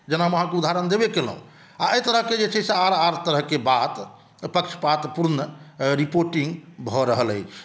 जेनामे अहाँकेॅं उदाहरण देबे कएलहुॅं आ एहि तरहके जे छै से आर आर तरहके बात पक्षपात पूर्ण रिपोर्टिंग भऽ रहल अछि